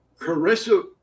Carissa